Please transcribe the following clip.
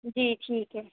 جی ٹھیک ہے